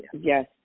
Yes